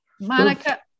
Monica